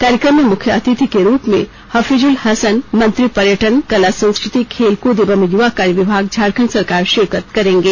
कार्यक्रम में मुख्य अतिथि के रूप में हफीजुल हसनमंत्री पर्यटनकला संस्कृतिखेलकूद एवं युवा कार्य विभाग झारखंड सरकार शिरकत करेंगें